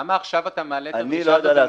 אז למה רק עכשיו אתה מעלה את הבקשה הזאת?